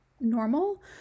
normal